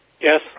Yes